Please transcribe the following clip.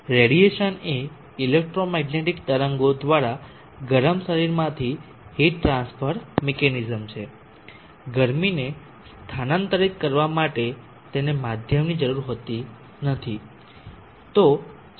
radiation એ electromagnetic તરંગો દ્વારા ગરમ શરીરમાંથી ટ્રાન્સફર મિકેનિઝમ છે ગરમીને સ્થાનાંતરિત કરવા માટે તેને માધ્યમની જરૂર હોતી નથી